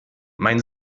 mein